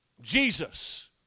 Jesus